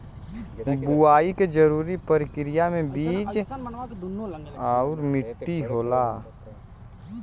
बुवाई के जरूरी परकिरिया में बीज आउर मट्टी होला